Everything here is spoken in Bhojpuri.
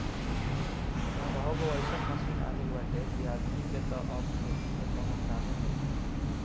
एकहगो अइसन मशीन आ गईल बाटे कि आदमी के तअ अब खेती में कवनो कामे नइखे